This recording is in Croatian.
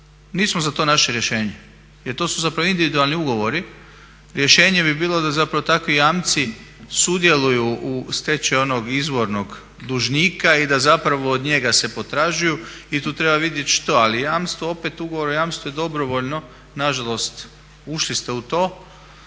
nismo za to našli rješenje jer to su zapravo individualni ugovori. Rješenje bi bilo da zapravo takvi jamci sudjeluju u stečaju onog izvornog dužnika i da zapravo od njega se potražuju. I tu treba vidjeti što, ali jamstvo, opet ugovor o jamstvu je dobrovoljno, nažalost ušli ste u to,